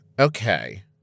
Okay